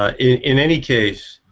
ah in any case